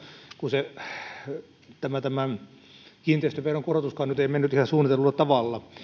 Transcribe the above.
kun se kiinteistöveron korotuskaan nyt ei mennyt ihan suunnitellulla tavalla